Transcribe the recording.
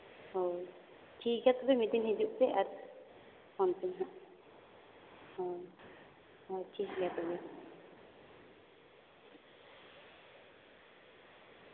ᱦᱳᱭ ᱴᱷᱤᱠᱜᱮᱭᱟ ᱛᱚᱵᱮ ᱢᱤᱫ ᱫᱤᱱ ᱦᱤᱡᱩᱜ ᱯᱮ ᱟᱨ ᱯᱷᱳᱱ ᱯᱮ ᱱᱟᱦᱟᱜ ᱦᱳᱭ ᱦᱚᱸ ᱴᱷᱤᱠᱜᱮᱭᱟ ᱛᱚᱵᱮ